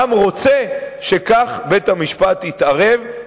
העם רוצה שכך בית-המשפט יתערב,